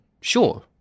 sure